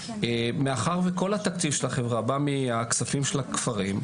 מאחר וכל התקציב של החברה בא מהכספים של הכפרים,